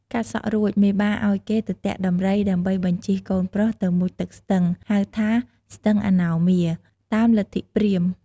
កាត់សក់រួចមេបា ឲ្យគេទៅទាក់ដំរី ដើម្បីបញ្ជិះកូនប្រុសទៅមុជទឹកស្ទឹង ហៅថាស្ទឺងអនោមា តាមព្រាហ្មណ៍ ។